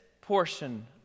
portion